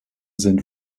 sind